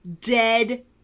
Dead